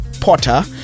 Potter